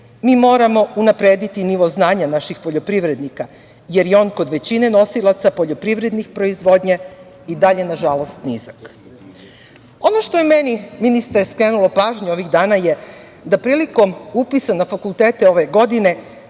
mi moramo unaprediti nivo znanja naših poljoprivrednika, jer je on kod većine nosilaca poljoprivredne proizvodnje i dalje nažalost nizak. Ono što je meni ministre skrenulo pažnju ovih dana je, da prilikom upisa na fakultete ove godine,